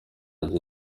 njye